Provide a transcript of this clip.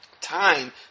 time